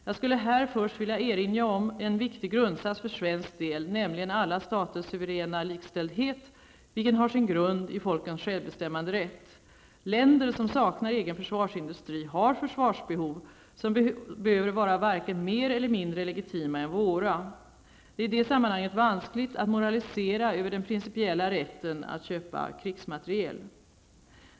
Jag skulle här först vilja erinra om en viktig grundsats för svensk del, nämligen alla staters suveräna likställdhet, vilken har sin grund i folkens självbestämmanderätt. Länder som saknar egen försvarsindustri har försvarsbehov som behöver vara varken mer eller mindre legitima än våra. Det är i det sammanhanget vanskligt att moralisera över den principiella rätten att köpa krigsmateriel.